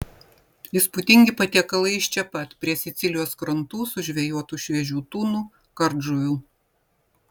įspūdingi patiekalai iš čia pat prie sicilijos krantų sužvejotų šviežių tunų kardžuvių